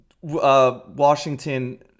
Washington